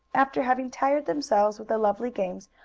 after having tired themselves with the lively games,